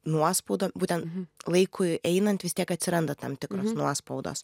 nuospaudom būtent laikui einant vis tiek atsiranda tam tikros nuospaudos